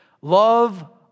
Love